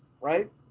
right